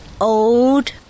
old